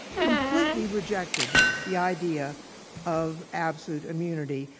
completely rejected the idea of absolute immunity.